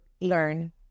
learn